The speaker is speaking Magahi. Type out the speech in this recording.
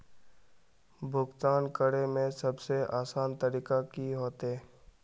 भुगतान करे में सबसे आसान तरीका की होते?